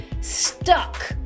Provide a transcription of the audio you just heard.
stuck